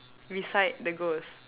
beside the ghost